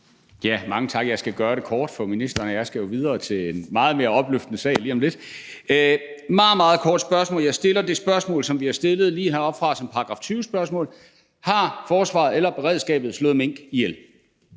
Mange tak. Jeg skal gøre det kort, for ministeren og jeg skal jo videre til en meget mere opløftende sag lige om lidt. Det er et meget, meget kort spørgsmål. Jeg stiller det spørgsmål, som vi har stillet lige heroppefra som § 20-spørgsmål: Har forsvaret eller beredskabet slået mink ihjel?